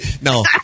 No